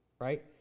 Right